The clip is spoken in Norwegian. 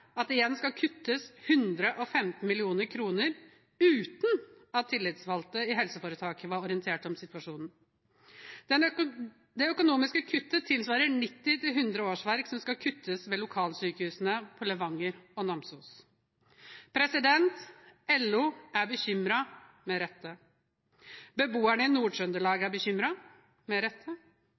at det igjen skal kuttes 115 mill. kr, uten at tillitsvalgte i helseforetaket var orientert om situasjonen. Det økonomiske kuttet tilsvarer 90–100 årsverk, som skal kuttes ved lokalsykehusene i Levanger og Namsos. LO er bekymret – med rette. Beboerne i Nord-Trøndelag er bekymret – med rette.